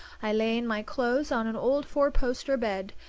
i lay in my clothes on an old four-poster bed.